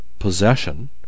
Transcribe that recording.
possession